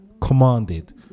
commanded